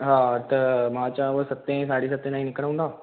हा मां चवां पियो सतें साढे सतें तांई निकिरूं था